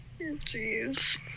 Jeez